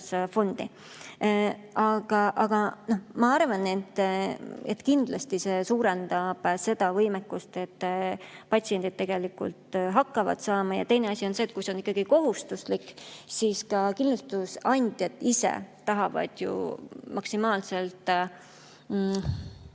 fondi. Aga ma arvan, et kindlasti see suurendab seda võimekust, et patsiendid hakkavad saama [hüvitist]. Teine asi on see, et kui see on ikkagi kohustuslik, siis ka kindlustusandjad ise tahavad ju maksimaalselt,